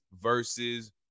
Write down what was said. versus